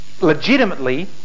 legitimately